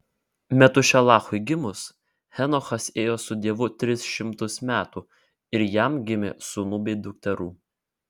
metušelachui gimus henochas ėjo su dievu tris šimtus metų ir jam gimė sūnų bei dukterų